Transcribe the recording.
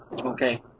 Okay